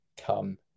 come